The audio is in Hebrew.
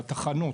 בתחנות.